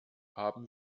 haben